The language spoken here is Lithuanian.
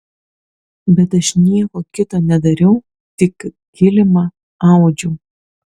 bet aš nieko kito nedariau tik kilimą audžiau